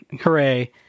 Hooray